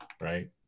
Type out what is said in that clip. right